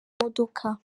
modoka